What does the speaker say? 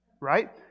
right